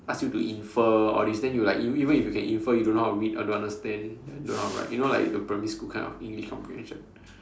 ask you to infer all these then you like even even if you can infer you don't know how to read or don't understand ya don't know how to write you know like the primary school kind of English comprehension